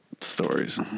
Stories